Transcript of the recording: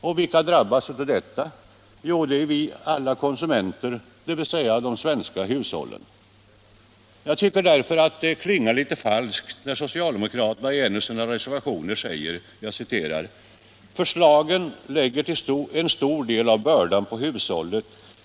Och vilka drabbas av det? Jo, alla vi konsumenter, dvs. de svenska hushållen. Jag tycker att det klingar litet falskt när socialdemokraterna i en av sina reservationer skriver att i förslagen ”läggs en stor del av bördan på hushållen.